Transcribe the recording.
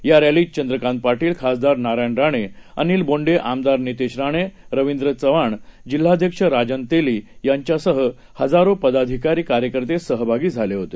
यारॅलीतचंद्रकांतपाटील खासदारनारायणराणे अनिलबोंडे आमदारनितेशराणे रवींद्रचव्हाण जिल्हाध्यक्षराजनतेली यांच्यासहहजारोपदाधिकारीकार्यकर्तेसहभागीझालेहोते